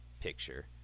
picture